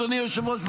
אדוני היושב-ראש,